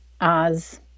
Oz